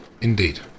Indeed